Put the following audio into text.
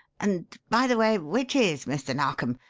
and by the way, which is mr. narkom,